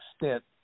extent